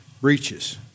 breaches